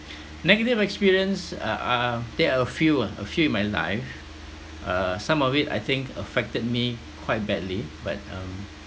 negative experience uh uh there are a few ah a few in my life uh some of it I think affected me quite badly but um